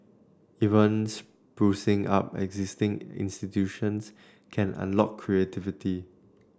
even sprucing up existing institutions can unlock creativity